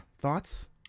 thoughts